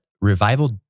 revival